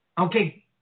Okay